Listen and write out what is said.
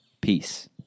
Peace